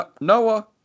Noah